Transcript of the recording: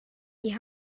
die